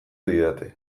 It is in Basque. didate